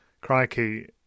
Crikey